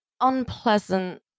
unpleasant